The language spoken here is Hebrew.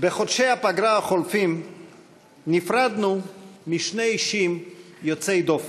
בחודשי הפגרה החולפים נפרדנו משני אישים יוצאי דופן,